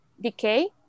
decay